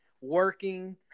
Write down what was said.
working